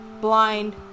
blind